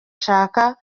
gushaka